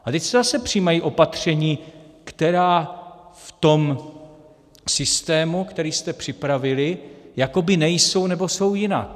A teď se zase přijímají opatření, která v tom systému, který jste připravili, jakoby nejsou, nebo jsou jinak.